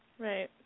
Right